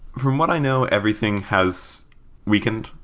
from what i know, everything has weakened,